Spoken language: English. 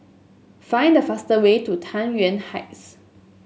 find the fastest way to Tai Yuan Heights